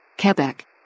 Quebec